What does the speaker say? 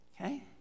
Okay